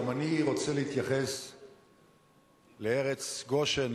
גם אני רוצה להתייחס לארץ גושן,